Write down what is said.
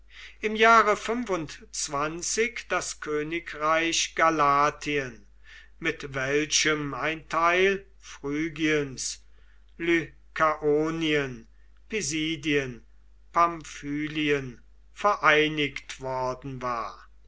im jahre das königreich galatien mit welchem ein teil phrygiens lykaonien pisidien pamphylien vereinigt worden war